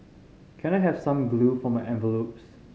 can I have some glue for my envelopes